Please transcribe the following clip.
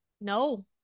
no